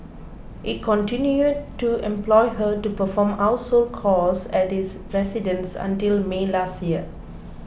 he continued to employ her to perform household chores at his residence until May last year